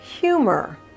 humor